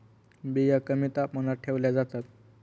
बिया कमी तापमानात ठेवल्या जातात